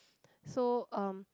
so um